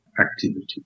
activity